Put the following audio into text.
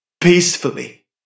peacefully